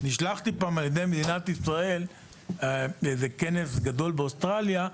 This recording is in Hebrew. נשלחתי פעם על ידי מדינת ישראל לאיזה כנס גדול באוסטרליה.